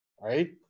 Right